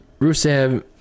Rusev